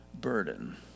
burden